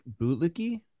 bootlicky